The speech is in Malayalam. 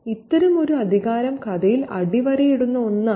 ഇത്തരമൊരു അധികാരം കഥയിൽ അടിവരയിടുന്ന ഒന്നാണ്